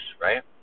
right